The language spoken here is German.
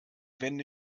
wände